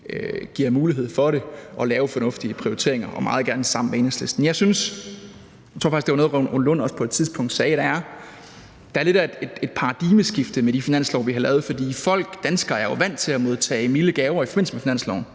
giver mulighed for det, at lave fornuftige prioriteringer og meget gerne sammen med Enhedslisten. Jeg synes – og det er noget, som hr. Rune Lund også sagde på et tidspunkt – at der er lidt af et paradigmeskifte i de finanslove, vi har lavet. Folk, danskerne, er jo vant til at modtage milde gaver i forbindelse med finansloven.